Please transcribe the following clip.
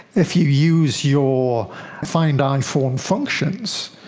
if you use your find iphone functions,